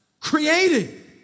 created